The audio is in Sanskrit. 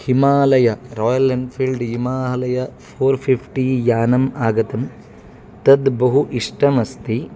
हिमालयः रायल् एन्फ़ील्ड् हिमालयः फ़ोर् फ़िफ़्टि यानम् आगतं तद्बहु इष्टम् अस्ति